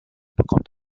bekommt